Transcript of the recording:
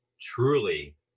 truly